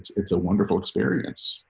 it's a wonderful experience.